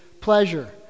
pleasure